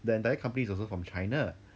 the entire company is also from china